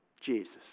Jesus